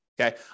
Okay